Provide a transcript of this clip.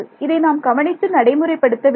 இதை நாம் கவனித்து நடைமுறைப்படுத்த வேண்டும்